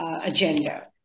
agenda